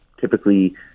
typically